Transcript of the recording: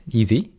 easy